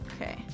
Okay